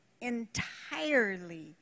entirely